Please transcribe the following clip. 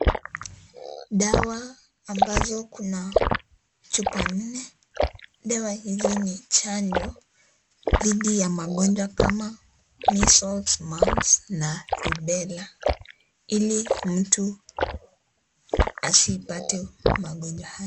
Dawa ambazo kuna chupa nne. Dawa hizo ni chanjo dhidi ya magonjwa kama, measles, mumps na rubella ili mtu asipate magonjwa haya.